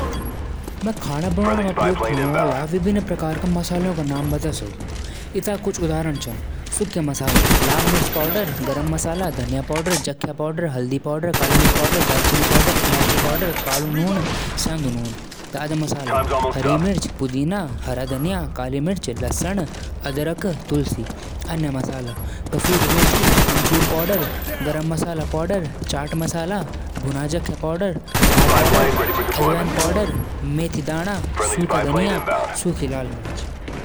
कार ब्रांडां म Maruti Suzuki, Tata, Mahindra, Hyundai, Honda, Toyota, Ford, BMW, Mercedes, Audi, Volvo, Skoda, Kia, Nissan, Datsun, Jaguar, Land Rover, Renault, Volkswagen और Ferrari. Maruti और टाटा भारत म लोकप्रिय होलां। बीएमडब्ल्यू और मर्सिडीज लक्ज़री गाड़ियां होलां। टाटा और महिंद्रा पहाड़ी इलाकों म खूब देखल जालां।